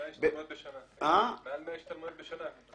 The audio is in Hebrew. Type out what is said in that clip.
מעל 100 השתלמויות בשנה.